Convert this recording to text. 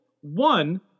One